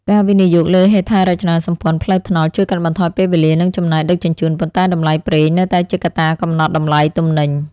ការវិនិយោគលើហេដ្ឋារចនាសម្ព័ន្ធផ្លូវថ្នល់ជួយកាត់បន្ថយពេលវេលានិងចំណាយដឹកជញ្ជូន ប៉ុន្តែតម្លៃប្រេងនៅតែជាកត្តាកំណត់តម្លៃទំនិញ។